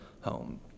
home